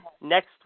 next